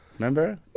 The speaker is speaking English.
Remember